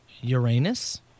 Uranus